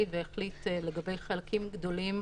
מה קורה אם מגיע מישהו לריאיון למנכ"ל חברה מסוימת?